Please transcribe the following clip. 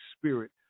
Spirit